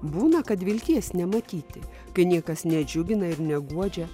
būna kad vilties nematyti kai niekas nedžiugina ir neguodžia